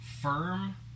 firm